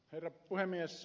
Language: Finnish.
herra puhemies